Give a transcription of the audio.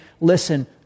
listen